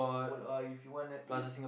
old ah or if you wanna eat